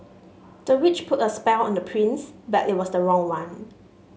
the witch put a spell on the prince but it was the wrong one